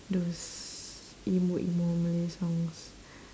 those emo emo malay songs